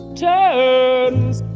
turns